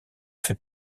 fait